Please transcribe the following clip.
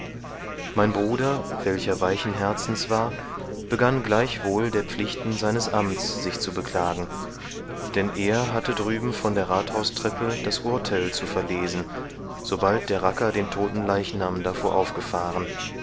mein bruder welcher weichen herzens war begann gleichwohl der pflichten seines amts sich zu beklagen denn er hatte drüben von der rathhaustreppe das urthel zu verlesen sobald der racker den todten leichnam davor aufgefahren